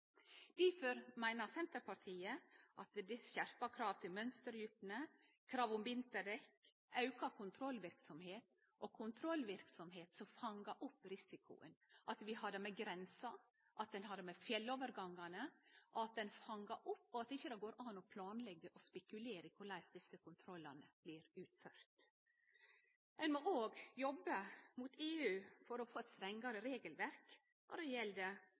Difor meiner Senterpartiet at ein må ha skjerpa krav til mønsterdjupne, krav om vinterdekk og auka kontrollverksemd som fangar opp risikoen – ved at vi har kontrollverksemd ved grensa og ved fjellovergangane, og at det ikkje går an å spekulere i og planlegge med omsyn til korleis desse kontrollane vert utførde. Ein må òg jobbe inn mot EU for å få eit strengare regelverk når det gjeld